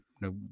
no